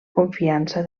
confiança